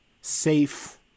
safe